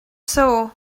saó